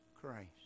Christ